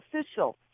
official